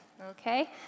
Okay